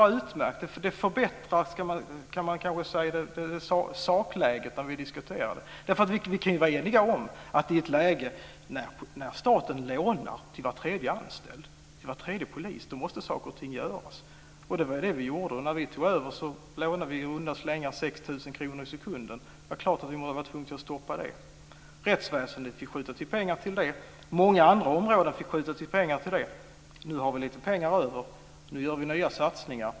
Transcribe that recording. Man kanske kan säga att det förbättrar sakläget när vi diskuterar. Vi kan vara eniga om att i ett läge när staten lånar till var tredje anställd och till var tredje polis måste saker göras. Det var det vi gjorde. När vi tog över lånade vi i runda slängar 6 000 kr i sekunden, och det är klart att vi var tvungna att stoppa det. Rättsväsendet fick skjuta till pengar till det, och många andra områden fick skjuta till pengar till det. Nu har vi lite pengar över, och nu gör vi nya satsningar.